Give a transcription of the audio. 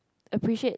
appreciate